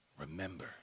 remember